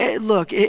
Look